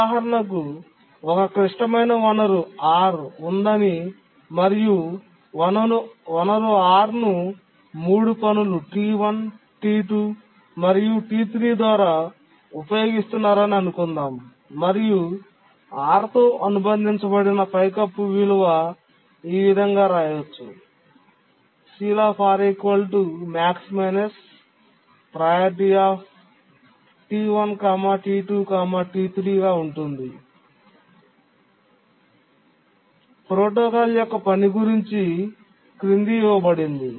ఉదాహరణకు ఒక క్లిష్టమైన వనరు R ఉందని మరియు వనరు R ను 3 పనులు T1 T2 మరియు T3 ద్వారా ఉపయోగిస్తున్నారని అనుకుందాం మరియు R తో అనుబంధించబడిన సీలింగ్ విలువ ఈ విధంగా ఉంటుంది ప్రోటోకాల్ యొక్క పని గురించి క్రింద ఇవ్వబడింది